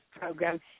program